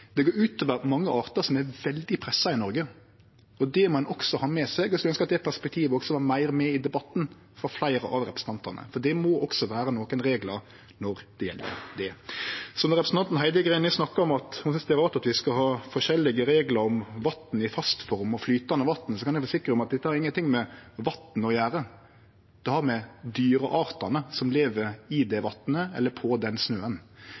det går ut over mange artar som er veldig pressa i Noreg. Det må ein også ha med seg, og eg skulle ønskje det perspektivet var meir med i debatten frå fleire av representantane, for det må også vere nokre reglar når det gjeld det. Representanten Heidi Greni snakka om at ho synest det er rart at vi skal ha forskjellige reglar for vatn i fast form og flytande vatn, men eg kan forsikre om at dette har ingenting med vatn å gjere, det har med dyreartane som lever i det vatnet eller på den snøen